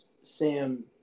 Sam